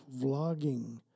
vlogging